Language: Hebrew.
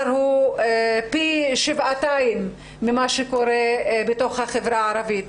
חמורה שבעתיים ממה שקורה בתוך החברה הערבית.